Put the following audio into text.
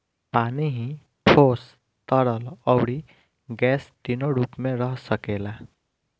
पानी ही ठोस, तरल, अउरी गैस तीनो रूप में रह सकेला